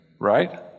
Right